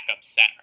center